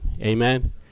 Amen